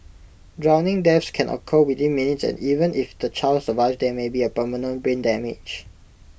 drowning deaths can occur within minutes and even if the child survives there may be permanent brain damage